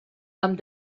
amb